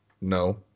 No